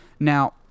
Now